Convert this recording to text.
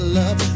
love